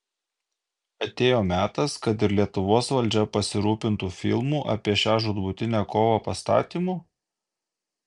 atėjo metas kad ir lietuvos valdžia pasirūpintų filmų apie šią žūtbūtinę kovą pastatymu